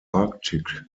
arctic